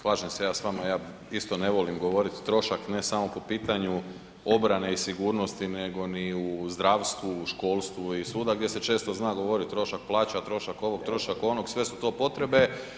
Slažem se ja s vama ja isto ne volim govorit trošak, ne samo po pitanju obrane i sigurnosti, nego ni u zdravstvu, školstvu i svuda gdje se često zna govoriti trošak plaća, trošak ovog, trošak onog, sve su to potrebe.